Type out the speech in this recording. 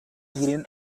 eating